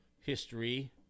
history